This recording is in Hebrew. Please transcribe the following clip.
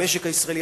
המשק הישראלי,